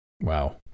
Wow